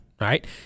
right